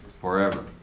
forever